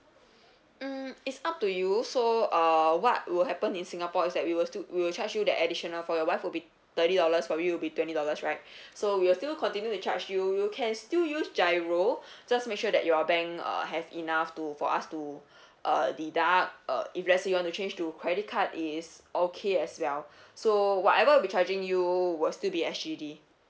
mm it's up to you so uh what will happen in singapore is that we will still we will charge you the additional for your wife will be thirty dollars for you will be twenty dollars right so we'll still continue to charge you you can still use GIRO just make sure that your bank uh have enough to for us to uh deduct uh if let's say you want to change to credit card is okay as well so whatever we charging you will still be S_G_D